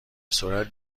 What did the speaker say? سرعت